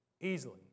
Easily